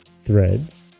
Threads